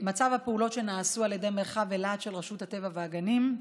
להלן הפעולות שנעשו על ידי מרחב אילת של רשות הטבע והגנים,